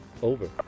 Over